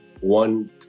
one